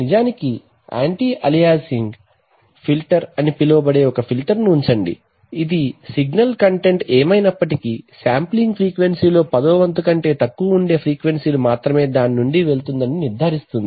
నిజానికి anti aliasing filter అని పిలువబడే ఒక ఫిల్టర్ను ఉంచండి ఇది సిగ్నల్ కంటెంట్ ఏమైనప్పటికీ శాంప్లింగ్ ఫ్రీక్వెన్సీలో పదోవంతు కంటే తక్కువ ఉండే ఫ్రీక్వెన్సీ లు మాత్రమే దాని నుండి వెళ్తుందని నిర్ధారిస్తుంది